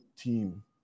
team